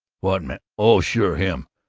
what man? oh, sure. him.